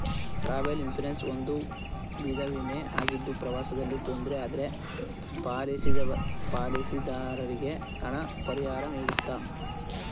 travel insurance ಒಂದು ವಿಧ ವಿಮೆ ಆಗಿದ್ದು ಪ್ರವಾಸದಲ್ಲಿ ತೊಂದ್ರೆ ಆದ್ರೆ ಪಾಲಿಸಿದಾರರಿಗೆ ಹಣ ಪರಿಹಾರನೀಡುತ್ತೆ